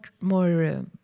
more